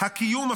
הקיום הפיזי.